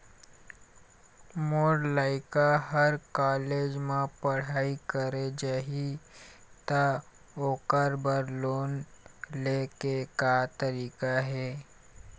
मोर लइका हर कॉलेज म पढ़ई करे जाही, त ओकर बर लोन ले के का तरीका हे?